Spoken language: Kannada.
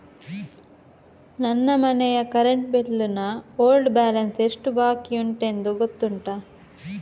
ನನ್ನ ಮನೆಯ ಕರೆಂಟ್ ಬಿಲ್ ನ ಓಲ್ಡ್ ಬ್ಯಾಲೆನ್ಸ್ ಎಷ್ಟು ಬಾಕಿಯುಂಟೆಂದು ಗೊತ್ತುಂಟ?